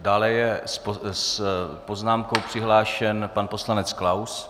Dále je s poznámkou přihlášen pan poslanec Klaus.